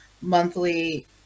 monthly-